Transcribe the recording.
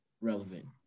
relevant